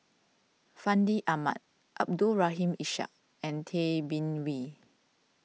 Fandi Ahmad Abdul Rahim Ishak and Tay Bin Wee